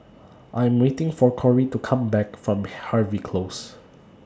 I Am waiting For Kory to Come Back from Harvey Close